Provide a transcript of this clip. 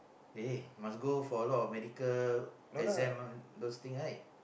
eh must go for a lot medical exam  those thing right